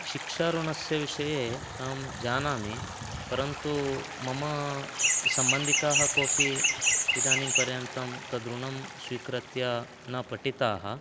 शिक्षा ऋणस्य विषये अहं जानामि परन्तु मम सम्बन्धिकाः कोपि इदानीं पर्यन्तं तदृणं स्वीकृत्य न पठिताः